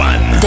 One